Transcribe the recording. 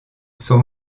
son